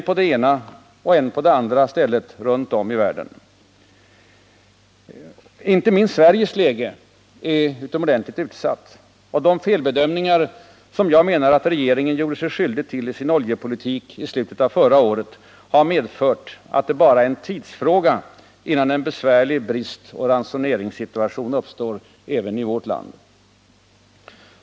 på det ena och än på det andra stället runt om i världen. Inte minst Sveriges läge är utomordentligt utsatt. Och de felbedömningar som jag menar att regeringen gjorde sig skyldig till i sin oljepolitik i slutet av förra året har medfört att det bara är en tidsfråga innan en besvärlig bristoch ransoneringssituation uppstår även i vårt land.